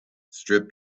strip